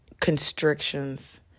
constrictions